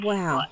Wow